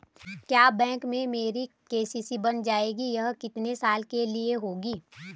क्या बैंक में मेरी के.सी.सी बन जाएगी ये कितने साल के लिए होगी?